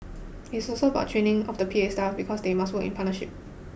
it's also about training of the P A staff because they must work in partnership